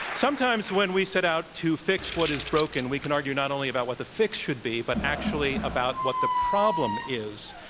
sometimes when we set out to fix what is broken, we can argue not only about what the fix should be, but actually about what the problem is.